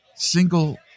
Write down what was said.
single